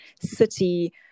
city